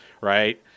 right